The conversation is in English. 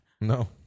No